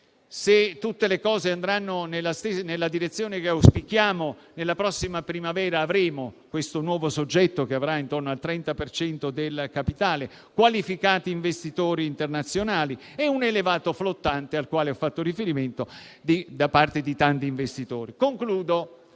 Se tutto andrà nella direzione che auspichiamo, nella prossima primavera avremo questo nuovo soggetto che deterrà intorno al 30 per cento del capitale, qualificati investitori internazionali e un elevato flottante, al quale ho fatto riferimento, da parte di tanti investitori.